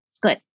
Good